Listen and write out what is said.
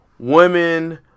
women